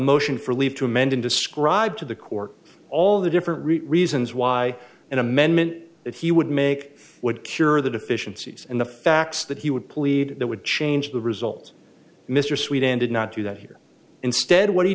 motion for leave to amend describe to the court all the different reasons why an amendment that he would make would cure the deficiencies and the facts that he would plead that would change the result mr sweden did not do that here instead what he